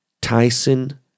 Tyson